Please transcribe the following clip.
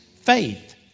faith